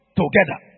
together